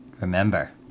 Remember